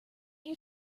your